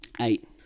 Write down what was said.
Eight